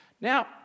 Now